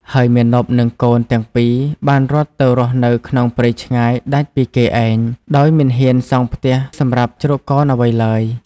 ហើយមាណពនិងកូនទាំងពីរបានរត់ទៅរស់នៅក្នុងព្រៃឆ្ងាយដាច់ពីគេឯង ដោយមិនហ៊ានសង់ផ្ទះសម្រាប់ជ្រកកោនអ្វីឡើយ។